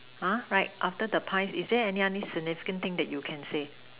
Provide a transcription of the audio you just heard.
right after the pies is there any significant thing that you can see